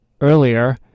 Earlier